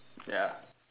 ya